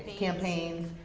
campaigns,